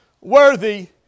worthy